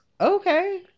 Okay